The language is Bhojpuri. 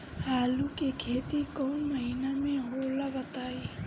आलू के खेती कौन महीना में होला बताई?